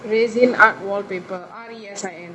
resin art wallpaper